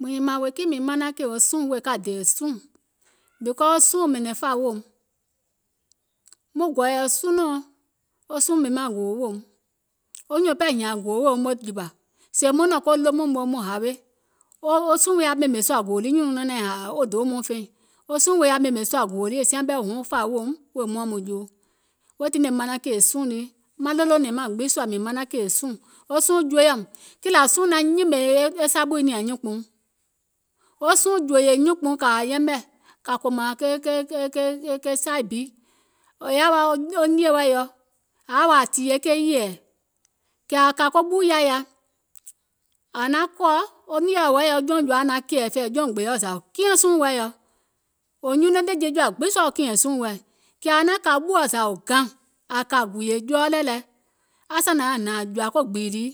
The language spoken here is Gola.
Mȧŋ nyìmȧŋ wèè kiìŋ mìŋ manaŋ kèè suùŋ, mìŋ manaŋ ka dè suùŋ, because wo suùŋ ɓɛ̀nɛ̀ŋ fȧa weèum, wo suùŋ ɓemȧŋ gòò weèum, mȧŋ gɔ̀ɔ̀yɛ̀ sunɔ̀ɔŋ, wo suùŋ ɓemȧŋ gòò weèum, wo nyùùŋ ɓɛɛ hìȧŋ gòò wèè woum jìwà, sèè maŋ nɔ̀ŋ ko lomùŋ moo maŋ hawe, wo suùŋ wii yaȧ ɓèmè sùȧ gòò lii nyùnɔ̀ɔŋ naiŋ hȧȧ wɔŋ door mɔɔ̀ŋ feìŋ wo suùŋ wii yaȧ ɓèmè sùȧ gòò lii, e siaŋ ɓɛɛ huŋ fȧ weèum wèè muȧŋ muŋ joo weè tiŋ ne manaŋ kèè suùŋ nii, maŋ ɗolònɛ̀ŋ maŋ gbiŋ sùȧ manaŋ kèè suùŋ, suùŋ joeyȧùm kìlȧ suùŋ naŋ nyìmɛ saɓù nìȧŋ nyuùnkpùuŋ, wo suùŋ jòèyè nyuùnkpùuŋ kȧa yɛmɛ̀, kȧ kòmȧŋ ke sai bi, è yaȧ wa wo nìe wɛɛ̀ yɔ, ȧŋ yaȧ wa ȧŋ tìyèe ke yɛ̀ɛ̀, kɛ̀ ȧ kȧ ko ɓù yaȧ ya, ȧŋ naŋ kɔ̀, wo nìeɔ̀ hɛ̀ɛ yɔ, wo jɔùŋ jɔ̀ȧa naŋ kɛ̀ɛ̀fɛ̀ɛ̀, jɔùŋ gbeeɔ̀ zȧ kiɛ̀ŋ suùŋ wɛɛ̀ yɔ, wò nyuno nɛ̀ŋje jɔa gbiŋ sɔɔ̀ wo kìɛ̀ŋ suùŋ wɛɛ̀, kɛ̀ ȧŋ naȧŋ kà ɓùɔ zȧ gȧŋ, ȧ kȧ gùùyè jɔɔ lɛɛ̀ lɛ, aŋ sȧnaŋ hnȧŋ ȧŋ jɔ̀ȧ ko gbììlìi,